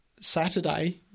Saturday